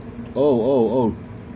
oh oh oh